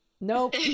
nope